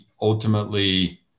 ultimately